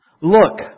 Look